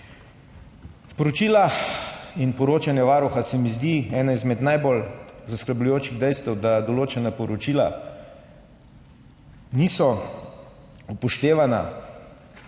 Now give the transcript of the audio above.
Iz poročila in poročanja Varuha se mi zdi eno izmed najbolj zaskrbljujočih dejstev, da določena poročila niso upoštevana